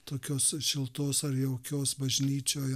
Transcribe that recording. tokios šiltos ar jaukios bažnyčioje